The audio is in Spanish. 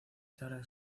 tara